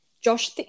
Josh